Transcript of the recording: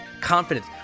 confidence